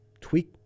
tweak